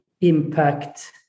impact